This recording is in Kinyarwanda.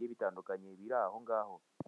uriho amabara y'umukara.